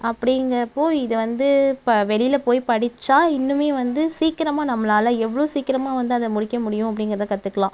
அப்படிங்கிறப்ப இதை வந்து இப்போ வெளியில் போய் படிச்சால் இன்னுமே வந்து சீக்கிரமாக நம்மளால் எவ்வளோ சீக்கிரமாக வந்து அதை முடிக்க முடியும் அப்படிங்கிறத கற்றுக்கலாம்